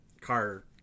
car